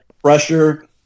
pressure